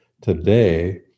Today